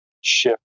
shift